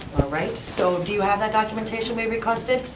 right, so do you have the documentation we requested?